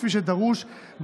כפי שדרוש,